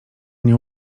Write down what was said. nie